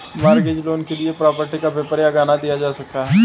mortgage loan के लिए property का पेपर या गहना दिया जा सकता है